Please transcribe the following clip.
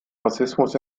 rassismus